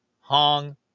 Hong